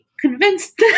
convinced